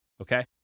okay